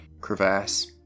crevasse